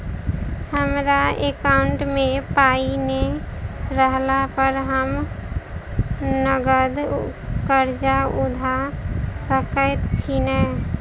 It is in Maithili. हमरा एकाउंट मे पाई नै रहला पर हम नगद कर्जा सधा सकैत छी नै?